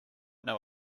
know